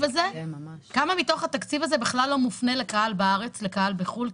הזה בכלל לא מופנה לקהל בארץ אלא לקהל בחו"ל.